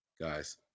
guys